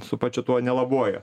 su pačiu tuo nelabuoju